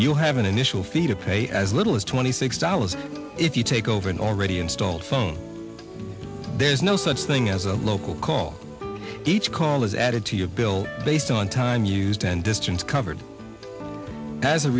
you have an initial fee to pay as little as twenty six dollars if you take over an already installed phone there is no such thing as a local call each call is added to your bill based on time used and distance covered as a